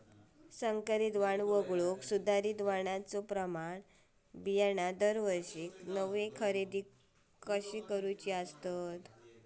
संकरित वाण वगळुक सुधारित वाणाचो प्रमाण बियाणे दरवर्षीक नवो खरेदी कसा करायचो?